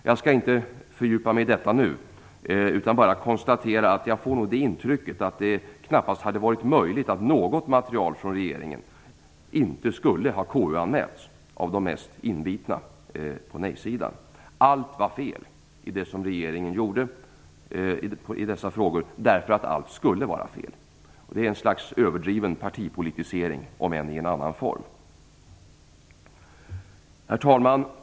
Jag skall inte nu fördjupa mig i detta utan bara konstatera att jag nog får det intrycket att det knappast hade varit möjligt att något material från regeringen inte skulle ha KU-anmälts av de mest inbitna på nej-sidan. Allt var fel i det som regeringen gjorde i dessa frågor, eftersom allt skulle vara fel. Det är ett slags överdriven partipolitisering, om än i en speciell form. Herr talman!